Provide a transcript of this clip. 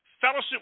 Fellowship